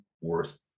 worse